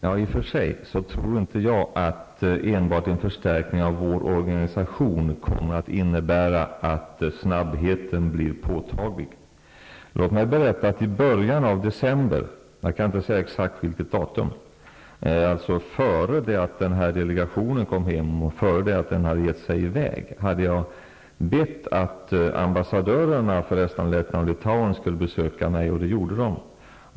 Fru talman! Jag tror i och för sig inte att enbart en förstärkning av vår organisation kommer att innebära att snabbheten blir påtaglig. Låt mig berätta att i början av december -- jag kan inte säga exakt vilket datum -- före det att den nämnda delegationen kom hem och före det att den hade gett sig i väg, hade jag bett att ambassadörerna för Estland, Lettland och Litauen skulle besöka mig, och det gjorde de.